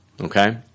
Okay